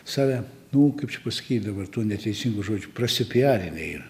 save nu kaip čia pasakyt dabar tų neteisingų žodžių prasipiarinę yra